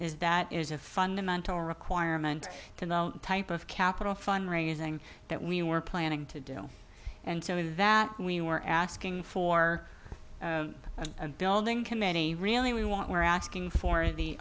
is that is a fundamental requirement to the type of capital fund raising that we were planning to do and that we were asking for a building committee really we want we're asking for the